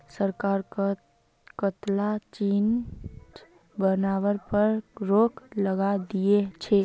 सरकार कं कताला चीज बनावार पर रोक लगइं दिया छे